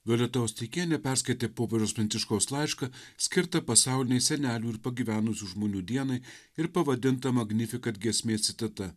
perskaitė popiežiaus pranciškaus laišką skirtą pasaulinei senelių ir pagyvenusių žmonių dienai ir pavadinta magnifikat citata